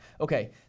Okay